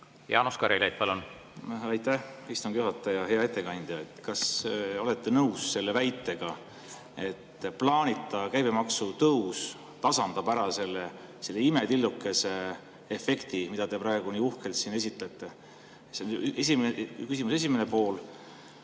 Jaanus Karilaid, palun! Aitäh, istungi juhataja! Hea ettekandja! Kas olete nõus selle väitega, et plaanitav käibemaksu tõus tasandab ära selle imetillukese efekti, mida te praegu nii uhkelt siin esitlete? See on küsimuse esimene pool,